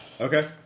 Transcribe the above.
Okay